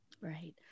Right